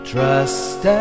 Trust